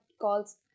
calls